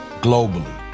globally